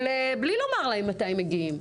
בלי לומר להם מתי מגיעים,